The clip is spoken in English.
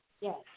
Yes